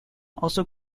also